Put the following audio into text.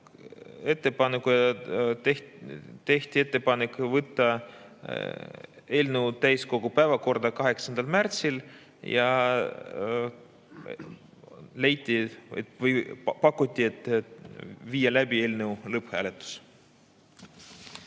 hääletati: tehti ettepanek võtta eelnõu täiskogu päevakorda 8. märtsil ja pakuti, et viia läbi eelnõu lõpphääletus.